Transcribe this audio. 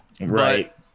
right